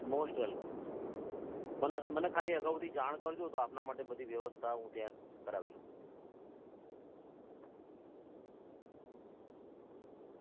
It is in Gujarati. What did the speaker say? મોસ્ટ વેલકમ મને મને ખાલી અગાઉથી જાણ કરજો તો આપના માટે વ્યવસ્થા હું ત્યાં કરાવી લઉં